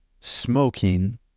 smoking